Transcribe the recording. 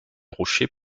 rochers